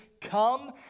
come